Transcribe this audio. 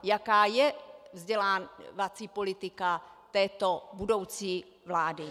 Jaká je vzdělávací politika této budoucí vlády?